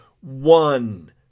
one